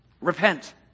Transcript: repent